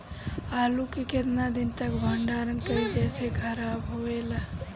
आलू के केतना दिन तक भंडारण करी जेसे खराब होएला?